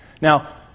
Now